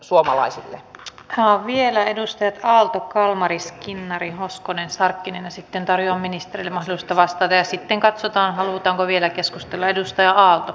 vielä edustajat aalto kalmari skinnari hoskonen sarkkinen ja sitten tarjoan ministerille mahdollisuutta vastata ja sitten katsotaan halutaanko vielä keskustella